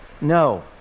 No